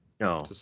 No